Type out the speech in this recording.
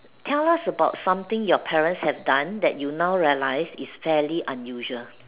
tell us about something your parents have done that you now realise it's fairly unusual